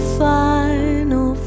final